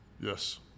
Yes